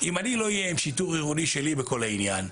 אם אני לא אהיה עם השיטור העירוני שלי בכול העניין,